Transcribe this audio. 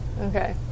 Okay